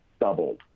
doubled